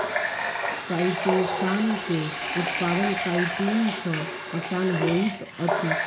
chitosan के उत्पादन chitin सॅ आसान होइत अछि